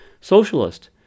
socialist